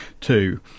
two